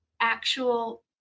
actual